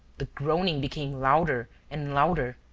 the groaning became louder and louder,